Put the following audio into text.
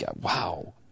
Wow